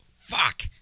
Fuck